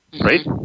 Right